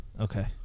Okay